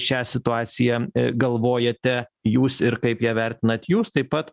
šią situaciją galvojate jūs ir kaip ją vertinat jūs taip pat